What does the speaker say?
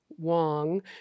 Wong